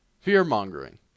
Fear-mongering